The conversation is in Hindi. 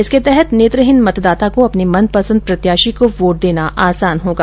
जिसके तहत नेत्रहीन मतदाता को अपने मनपंसद प्रत्याशी को बोट देना आसान होगा